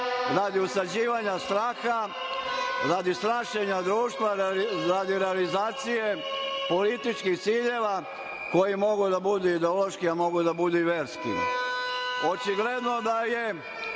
radi usađivanja straha, radi strašenja društva, radi realizacije političkih ciljeva koji mogu da budu ideološki, a mogu da budu i verski. Očigledno da je